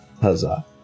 Huzzah